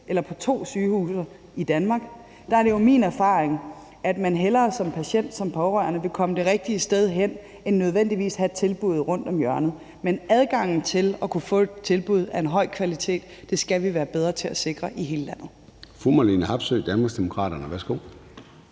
eller to sygehuse i Danmark. Der er det jo min erfaring, at man hellere som patient og som pårørende vil komme det rigtige sted hen end nødvendigvis have tilbuddet rundt om hjørnet. Men adgangen til at kunne få et tilbud af høj kvalitet skal vi være bedre til at sikre i hele landet. Kl. 13:44 Formanden (Søren Gade):